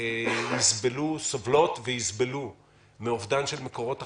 שסובלות ויסבלו מאבדן של מקורות הכנסה,